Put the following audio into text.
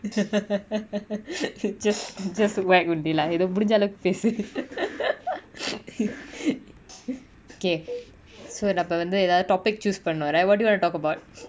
just just whack only lah எதோ முடிஞ்ச அளவுக்கு பேசு:etho mudinja alavuku pesu okay so நம்ம வந்து எதாவது:namma vanthu ethavathu topic choose பண்ணுவார:pannuvara what do you wanna talk about